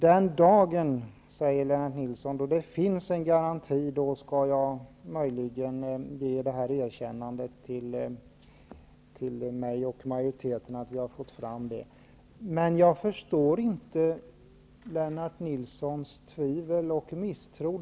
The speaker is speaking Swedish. Den dagen det finns en garanti, säger Lennart Nilsson, skall han möjligen ge mig och majoriteten ett erkännande för att vi har fått fram en bättre ordning. Jag förstår inte Lennart Nilssons tvivel och misstro.